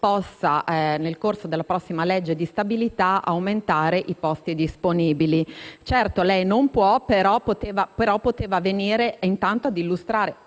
nel corso della prossima legge di stabilità, possa aumentare i posti disponibili. Certo, lei non può, però poteva venire intanto a illustrare